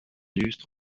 illustre